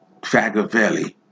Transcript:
Fagavelli